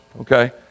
Okay